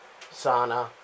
sauna